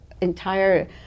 entire